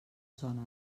zona